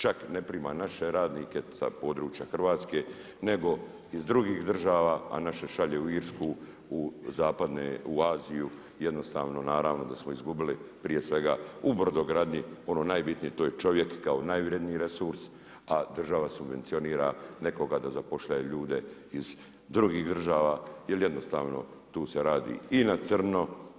Čak i ne prima naše radnike sa područja Hrvatske, nego iz drugih država, a naše šalje u Irsku, u zapadne, u Aziju, jednostavno, naravno da smo izgubili, prije svega u brodogradnji, ono najbitnije, to je čovjek kao najvrjedniji resurs, a država subvencionira nekoga da zapošljava ljude iz drugih država, jer jednostavno, tu se radi i na crno.